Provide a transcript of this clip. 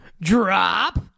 drop